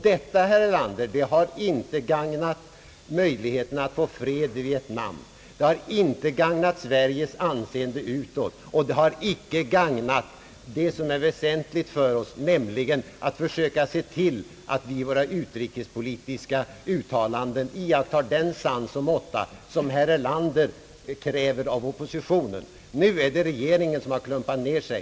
Det har inte, herr Erlander, gagnat möjligheten att få fred i Vietnam, och det har inte heller gagnat Sveriges anseende utåt eller det som är väsentligt för oss, nämligen att försöka se till att vi i våra utrikespolitiska uttalanden iakttar den sans och måtta, som herr Erlander kräver av oppositionen. Nu är det regeringen som har klumpat ner sig!